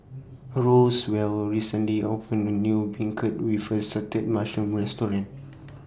Roswell recently opened A New Beancurd with Assorted Mushrooms Restaurant